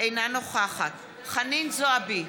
אינה נוכחת חנין זועבי,